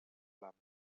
flames